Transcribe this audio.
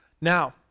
Now